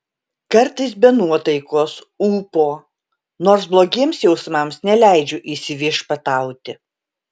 kartais be nuotaikos ūpo nors blogiems jausmams neleidžiu įsiviešpatauti